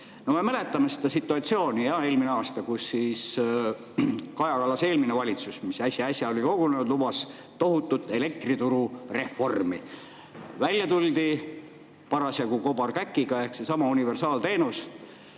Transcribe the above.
Me mäletame seda situatsiooni eelmine aasta, kui Kaja Kallase eelmine valitsus, mis äsja-äsja oli kogunenud, lubas tohutut elektriturureformi. Välja tuldi parasjagu kobarkäkiga ehk sellesama universaalteenusega,